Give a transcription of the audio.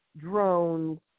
drones